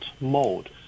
mode